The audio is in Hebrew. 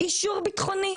אישור ביטחוני.